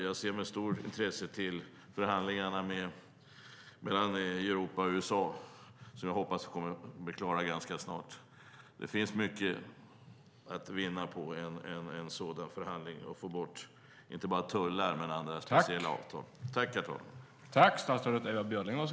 Jag ser med stort intresse på förhandlingarna mellan Europa och USA, som jag hoppas kommer att bli klara snart. Det finns mycket att vinna på förhandlingarna, till exempel att få bort inte bara tullar utan även andra speciella avtal.